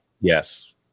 Yes